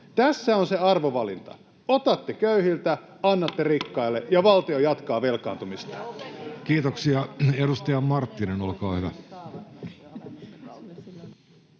Tässä on se arvovalinta: otatte köyhiltä, annatte rikkaille, ja valtio jatkaa velkaantumistaan. Kiitoksia. — Edustaja Marttinen, olkaa hyvä.